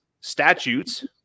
statutes